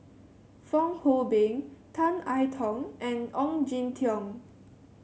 Fong Hoe Beng Tan I Tong and Ong Jin Teong